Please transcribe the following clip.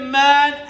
man